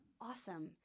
awesome